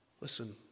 Listen